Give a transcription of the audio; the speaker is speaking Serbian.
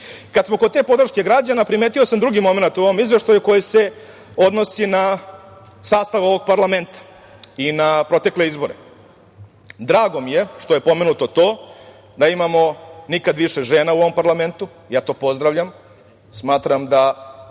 smo kod te podrške građana primetio sam drugi momenat u izveštaju koji se odnosi na sastav ovog parlamenta i na protekle izbore. Drago mi je što je pomenuto to da imamo nikada više žena u ovom parlamentu. Ja to pozdravljam. Smatram da